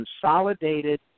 consolidated